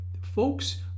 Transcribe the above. folks